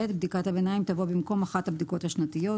בדיקת הביניים תבוא במקום אחת הבדיקות השנתיות.